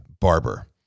Barber